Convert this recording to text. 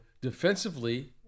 defensively